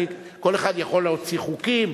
כל אחד יכול להוציא חוקים,